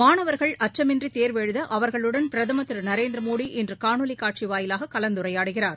மாணவர்கள் அச்சமின்றிதேர்வு எழுதஅவர்களுடன் பிரதமர் திருநரேந்திரமோதி இன்றுகாணொலிகாட்சிவாயிலாககலந்துரையாடுகிறார்